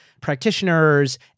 practitioners